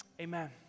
Amen